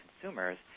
consumers